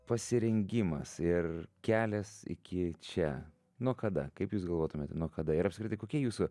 pasirengimas ir kelias iki čia nuo kada kaip jūs galvotumėte nuo kada ir apskritai kokie jūsų